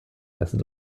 messen